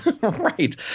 right